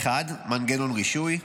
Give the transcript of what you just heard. הראשון, מנגנון רישוי,